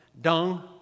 Dung